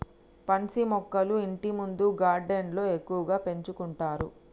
pansy మొక్కలు ఇంటిముందు గార్డెన్లో ఎక్కువగా పెంచుకుంటారు